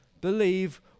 Believe